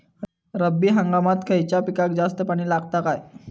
रब्बी हंगामात खयल्या पिकाक जास्त पाणी लागता काय?